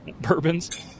bourbons